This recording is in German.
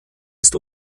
ist